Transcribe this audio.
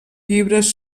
llibres